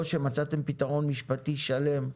או שמצאתם פתרון משפטי שלם.